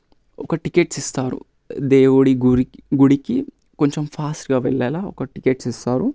ఒక టికెట్స్ ఇస్తారు దేవుడి గుడి గుడికి కొద్దిగా ఫాస్ట్గా వెళ్ళేలాగ ఒక టికెట్స్ ఇస్తారు